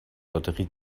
lotterie